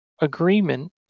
agreement